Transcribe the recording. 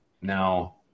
Now